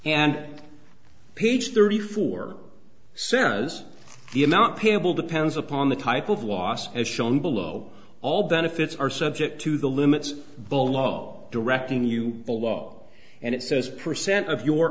and page thirty four sarahs the amount payable depends upon the type of loss as shown below all benefits are subject to the limits below directing you below and it says percent of your